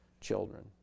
children